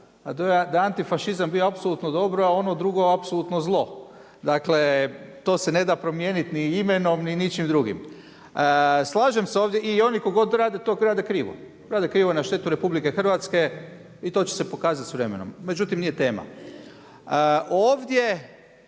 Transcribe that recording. je antifašizam bio apsolutno dobro, a ono drugo apsolutno zlo. Dakle to se ne da promijeniti ni imenom ni ničim drugim. Slažem se ovdje i oni ko god rade to rade krivo, rade krivo na štetu RH i to će se pokazati s vremenom. Međutim nije tema. Ovdje